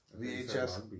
VHS